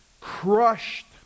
crushed